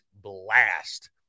blast